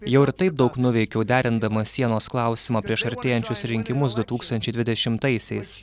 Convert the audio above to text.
jau ir taip daug nuveikiau derindamas sienos klausimą prieš artėjančius rinkimus du tūkstančiai dvidešimtaisiais